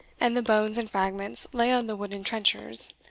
and the bones and fragments lay on the wooden trenchers,